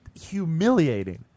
humiliating